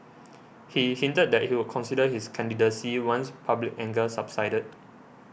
he hinted that he would consider his candidacy once public anger subsided